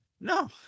no